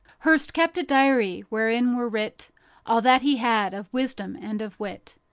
hearst kept a diary wherein were writ all that he had of wisdom and of wit.